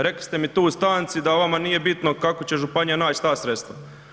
Rekli ste mi tu u stanci da vama nije bitno kako će županija naći ta sredstva.